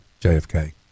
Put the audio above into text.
jfk